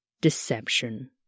deception